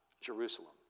Jerusalem